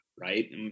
right